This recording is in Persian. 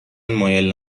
مایل